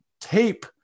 tape